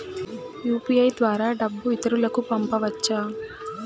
UPI ద్వారా డబ్బు ఇతరులకు పంపవచ్చ?